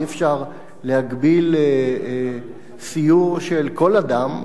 אי-אפשר להגביל סיור של כל אדם,